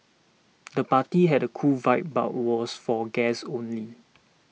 the party had a cool vibe but was for guests only